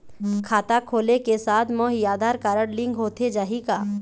खाता खोले के साथ म ही आधार कारड लिंक होथे जाही की?